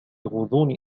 غضون